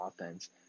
offense